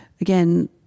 again